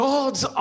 God's